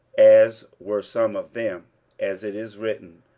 as were some of them as it is written,